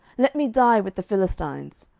let me die with the philistines.